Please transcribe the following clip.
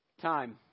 Time